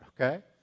okay